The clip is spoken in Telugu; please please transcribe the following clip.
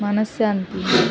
మనశాంతి